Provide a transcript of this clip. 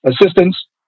assistance